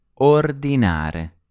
ordinare